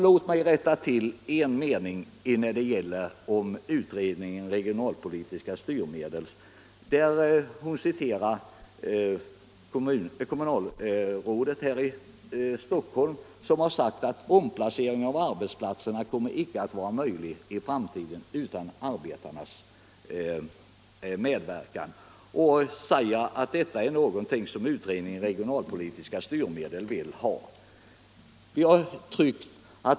Låt mig rätta till en sak om utredningen regionalpolitiska styrmedel, där fru af Ugglas citerade ett kommunalråd i Stockholm som sagt att flyttning av arbetsplatserna i framtiden icke kommer att vara möjlig utan arbetarnas medverkan. Men det skulle vara någonting som utredningen om regionalpolitiska styrmedel ville ha.